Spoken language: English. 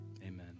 amen